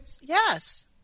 Yes